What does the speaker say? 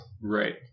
Right